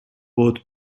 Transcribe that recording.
both